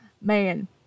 man